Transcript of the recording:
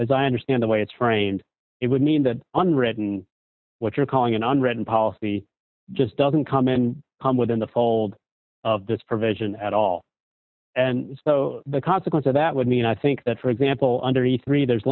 as i understand the way it's framed it would mean that unwritten what you're calling an unwritten policy just doesn't come in come within the fold of this provision at all and the consequence of that would mean i think that for example underneath three there's